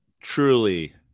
Truly